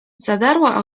zadarła